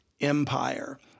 empire